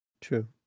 true